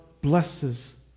blesses